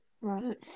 Right